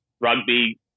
Rugby